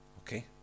Okay